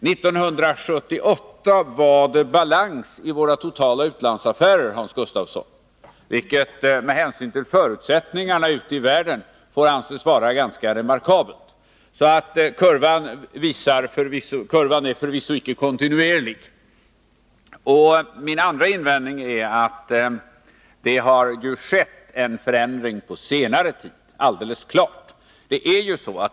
1978 var det balans i våra totala utlandsaffärer, Hans Gustafsson. Med hänsyn till förutsättningarna ute i världen får detta anses vara ganska remarkabelt. Kurvan är således förvisso icke kontinuerlig. Min andra invändning är att det alldeles klart har skett en förändring på senare tid.